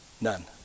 None